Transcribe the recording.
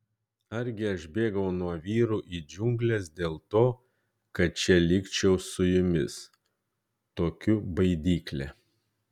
argi aš bėgau nuo vyrų į džiungles dėl to kad čia likčiau su jumis tokiu baidykle